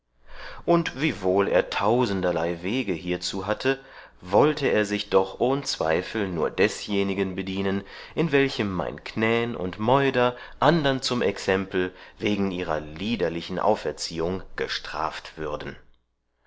und wiewohl er tausenderlei wege hierzu hatte wollte er sich doch ohn zweifel nur desjenigen bedienen in welchem mein knän und meuder andern zum exempel wegen ihrer liederlichen auferziehung gestraft würden